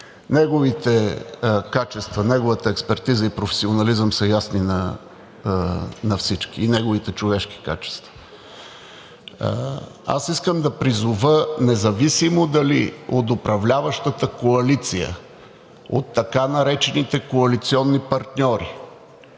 Неговите качества, неговата експертиза и професионализъм и неговите човешки качества са ясни на всички. Аз искам да призова, независимо дали от управляващата коалиция, от така наречените коалиционни партньори,